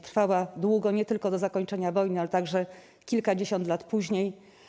Trwała ona długo, nie tylko do zakończenia wojny, ale także kilkadziesiąt lat później.